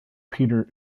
peter